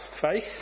faith